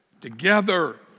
together